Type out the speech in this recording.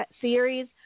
series